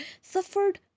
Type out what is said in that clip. suffered